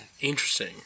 Interesting